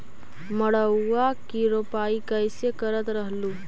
मड़उआ की रोपाई कैसे करत रहलू?